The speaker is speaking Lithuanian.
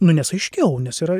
nu nes aiškiau nes yra